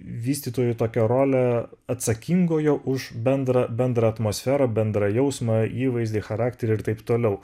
vystytojui tokią rolę atsakingojo už bendrą bendrą atmosferą bendrą jausmą įvaizdį charakterį ir taip toliau